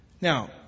Now